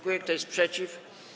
Kto jest przeciw?